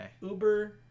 Uber